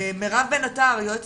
מירב בן עטר, יועמ"ש